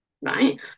right